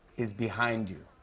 is behind you.